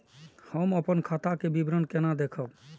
हम अपन खाता के विवरण केना देखब?